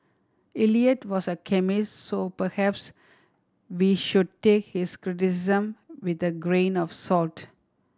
Eliot was a chemist so perhaps we should take his criticism with a grain of salt